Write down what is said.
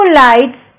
lights